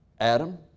Adam